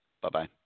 Bye-bye